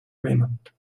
raymond